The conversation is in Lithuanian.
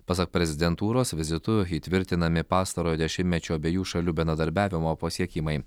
pasak prezidentūros vizitu įtvirtinami pastarojo dešimtmečio abiejų šalių bendradarbiavimo pasiekimai